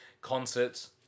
Concerts